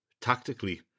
tactically